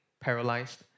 paralyzed